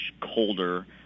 colder